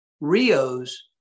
Rios